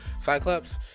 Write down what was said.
Cyclops